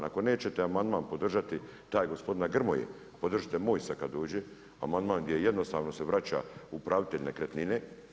Ako nećete amandman podržati taj gospodina Grmoje, podržite moj sad kad dođe, amandman gdje jednostavno se vraća upravitelj nekretnine.